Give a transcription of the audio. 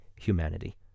humanity